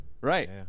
Right